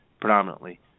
predominantly